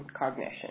cognition